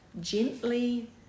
gently